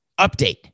Update